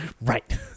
Right